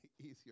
easier